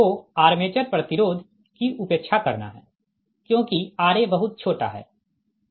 तोआर्मेचर प्रतिरोध की उपेक्षा करना है क्योंकि ra बहुत छोटा है